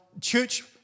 church